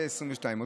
ו-2022).